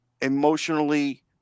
emotionally